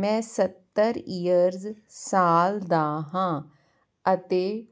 ਮੈਂ ਸੱਤਰ ਈਅਰਜ਼ ਸਾਲ ਦਾ ਹਾਂ ਅਤੇ